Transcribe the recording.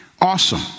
Awesome